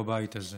בבית הזה,